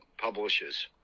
publishes